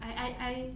I I I